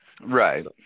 Right